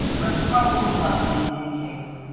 but trouble was likely in any case,